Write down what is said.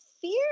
fear